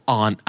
on